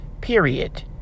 period